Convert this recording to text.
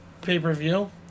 pay-per-view